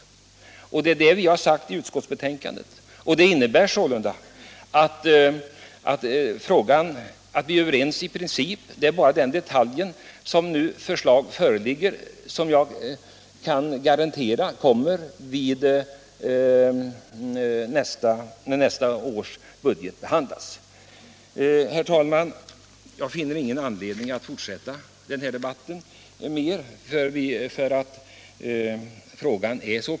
Det är detta vi har sagt i betänkandet. Vi är sålunda överens i princip, det är bara i en detalj som vi har olika meningar. Och jag kan garantera att ett förslag kommer när nästa års budget behandlas. Herr talman! Jag finner ingen anledning att fortsätta den här debatten längre.